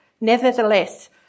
nevertheless